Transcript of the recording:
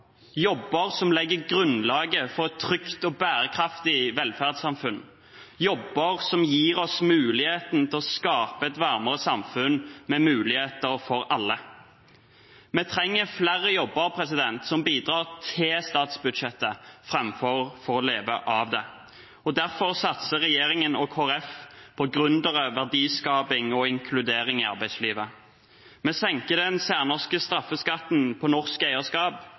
jobber som legger grunnlaget for et trygt og bærekraftig velferdssamfunn, jobber som gir oss muligheten til å skape et varmere samfunn med muligheter for alle. Vi trenger flere jobber som bidrar til statsbudsjettet framfor til å leve av det, derfor satser regjeringen og Kristelig Folkeparti på gründere, verdiskaping og inkludering i arbeidslivet. Vi senker den særnorske straffeskatten på norsk eierskap,